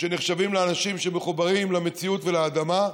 שנחשבים לאנשים שמחוברים למציאות ולאדמה,